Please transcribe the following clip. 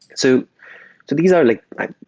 so these are like